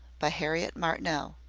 by harriet martineau.